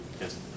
Yes